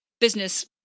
business